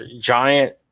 giant